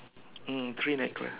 mm three necklace